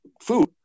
Food